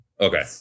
Okay